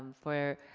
for